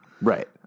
Right